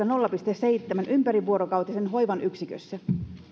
nolla pilkku seitsemän vähimmäismitoituksesta ympärivuorokautisen hoivan yksikössä